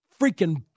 Freaking